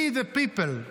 We the people.